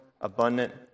abundant